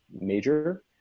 major